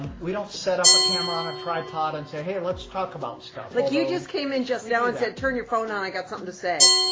we don't set up a camera on a tripod and say hey, let's talk about stuff, although. like, you just came in just now and said turn your phone on, i got something to say.